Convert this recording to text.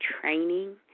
training